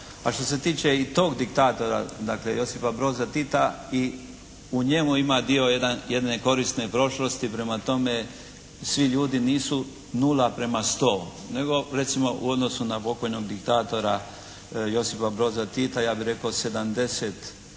A što se tiče i tog diktatora dakle Josipa Broza Tita i u njemu ima dio jedne korisne prošlosti. Prema tome, svi ljudi nisu nula prema sto, nego recimo u odnosu na pokojnog diktatora Josipa Broza Tita ja bih rekao 70:30.